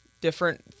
different